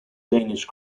danish